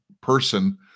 person